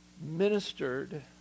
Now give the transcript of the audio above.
ministered